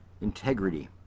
Integrity